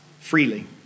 freely